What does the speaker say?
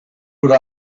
would